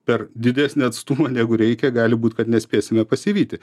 per didesnį atstumą negu reikia gali būt kad nespėsime pasivyti